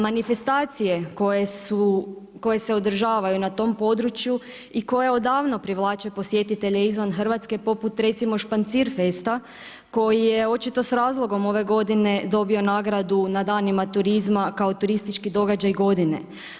Manifestacije koje se održavaju na tom području i koje odavno privlače posjetitelje izvan Hrvatske poput recimo Špancirfesta koji je očito s razlogom ove godine dobio nagradu na danima turizma kao turistički događaj godine.